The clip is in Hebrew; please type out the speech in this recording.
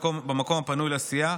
במקום הפנוי לסיעה.